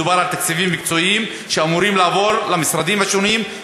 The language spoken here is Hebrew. מדובר בתקציבים מקצועיים שאמורים לעבור למשרדים השונים,